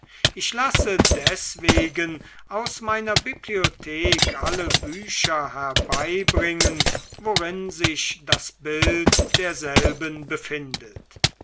ich lasse deswegen aus meiner bibliothek alle bücher herbeibringen worin sich das bild derselben befindet